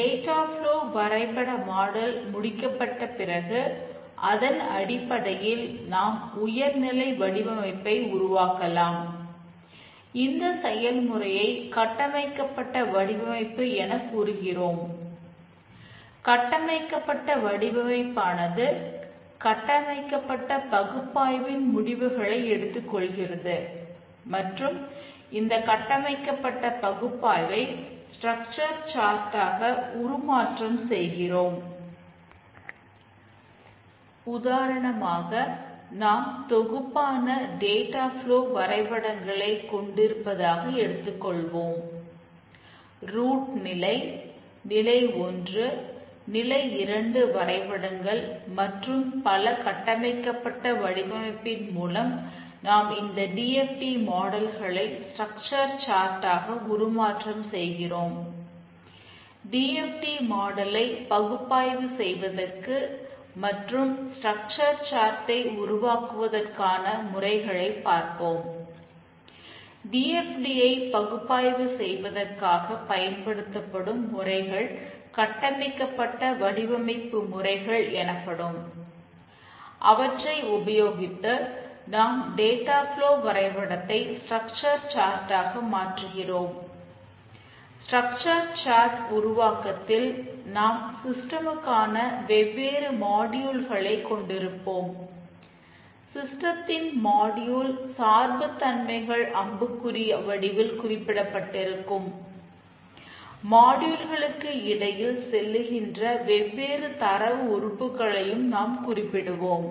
data flow இடையில் செல்லுகின்ற வெவ்வேறு தரவு உறுப்புகளையும் நாம் குறிப்பிடுவோம்